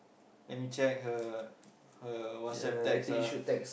let me check her her WhatsApp text ah